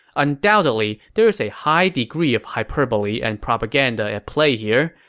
undoubtedly, there is a high degree of hyperbole and propaganda at play here,